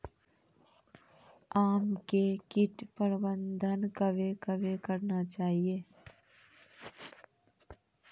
आम मे कीट प्रबंधन कबे कबे करना चाहिए?